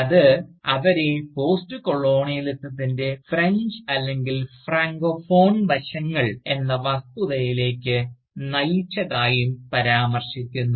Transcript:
അത് അവരെ പോസ്റ്റ്കൊളോണിയലിസത്തിൻറെ ഫ്രഞ്ച് അല്ലെങ്കിൽ ഫ്രാങ്കോഫോൺ വശങ്ങൾ എന്ന വസ്തുതയിലേക്ക് നയിച്ചതായും പരാമർശിക്കുന്നു